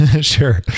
sure